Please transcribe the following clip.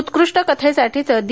उत्कृष्ट कथेसाठीचे दि